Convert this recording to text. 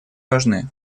важны